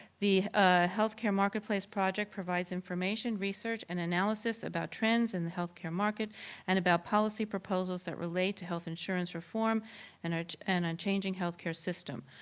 the ah healthcare marketplace project provides information, research and analysis about trends in the healthcare market and about policy proposals that relate to health insurance reform and our and and changing healthcare system.